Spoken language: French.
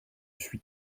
suis